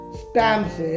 stamps